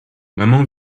maman